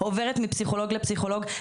עוברת מפסיכולוג לפסיכולוג,